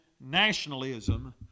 nationalism